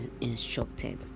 instructed